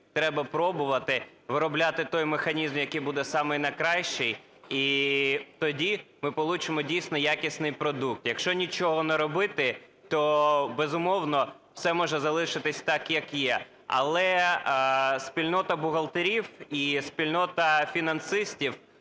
треба пробувати виробляти той механізм, який буде самий найкращий, і тоді ми получимо дійсно якісний продукт. Якщо нічого не робити, то, безумовно, все може залишитись так, як є. Але спільнота бухгалтерів і спільнота фінансистів